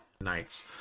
nights